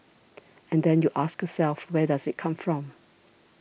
and then you ask yourself where does it come from